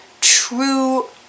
true